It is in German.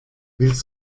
willst